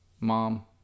mom